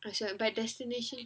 அச்சா:achcha but destination